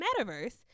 metaverse